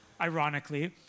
ironically